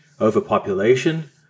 overpopulation